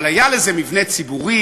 אבל היה לזה מבנה ציבורי,